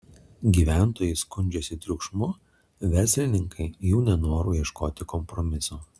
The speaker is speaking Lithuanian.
gyventojai skundžiasi triukšmu verslininkai jų nenoru ieškoti kompromiso